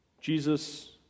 Jesus